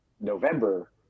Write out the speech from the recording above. november